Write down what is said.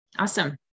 Awesome